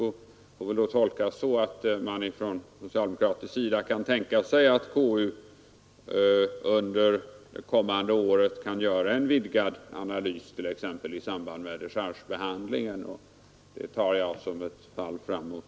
Det får väl tolkas så, att man från socialdemokratisk sida kan tänka sig att KU under det kommande året gör en vidgad analys, t.ex. i samband med dechargebehandlingen. Om så sker, tar jag det som ett fall framåt.